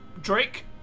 Drake